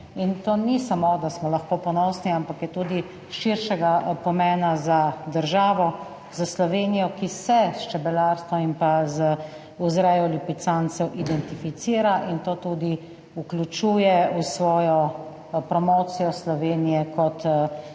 To ni samo, da smo lahko ponosni, ampak je tudi širšega pomena za državo, za Slovenijo, ki se s čebelarstvom in pa z vzrejo lipicancev identificira in to tudi vključuje v svojo promocijo Slovenije kot zelene